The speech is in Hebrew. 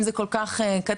אם זה כל כך קטן,